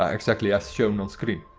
um exactly as shown on screen.